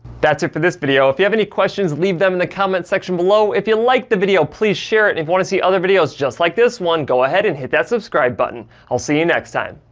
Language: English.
that's it for this video. if you have any questions, leave them in the comment section below. if you liked the video, please share it. if you want to see other videos just like this one, go ahead and hit that subscribe button. i'll see you next time.